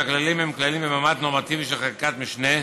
הכללים הם כללים במעמד נורמטיבי של חקיקת משנה,